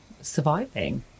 surviving